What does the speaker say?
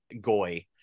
goy